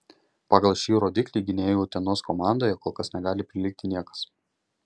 pagal šį rodiklį gynėjui utenos komandoje kol kas negali prilygti niekas